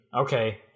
okay